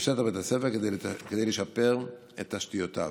בשטח בית הספר כדי לשפר את תשתיותיו.